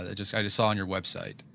ah just just saw on your website.